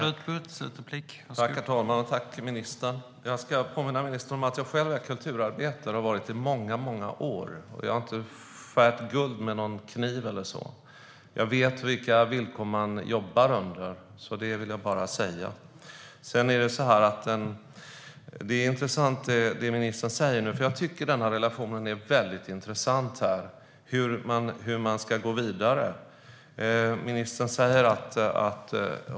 Herr talman! Jag ska påminna ministern om att jag själv är kulturarbetare och har varit det i många år, och jag har inte skurit guld med täljkniv eller så. Jag vet vilka villkor man jobbar under. Det vill jag bara säga. Det som ministern säger nu är intressant, för jag tycker att det är intressant hur man ska gå vidare i den här relationen.